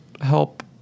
help